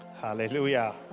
hallelujah